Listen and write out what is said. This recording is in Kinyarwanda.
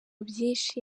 byinshi